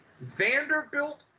Vanderbilt